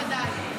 בוודאי.